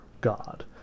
God